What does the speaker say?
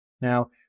Now